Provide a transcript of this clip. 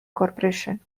corporation